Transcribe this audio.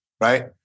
Right